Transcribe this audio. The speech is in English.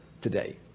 today